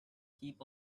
heap